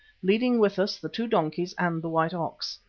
leading with us the two donkeys and the white ox.